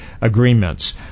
agreements